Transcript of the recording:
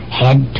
head